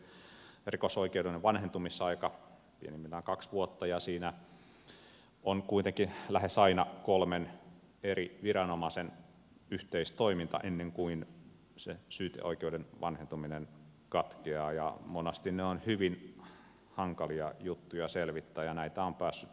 niissä on lyhyt rikosoikeudellinen vanhentumisaika pienimmillään kaksi vuotta ja niissä on kuitenkin lähes aina kolmen eri viranomaisen yhteistoimintaa ennen kuin se syyteoikeuden vanhentuminen katkeaa ja monasti ne ovat hyvin hankalia juttuja selvittää ja näitä on päässyt vanhentumaan viranomaisilla